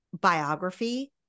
biography